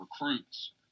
recruits